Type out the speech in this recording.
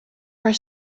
are